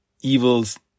evils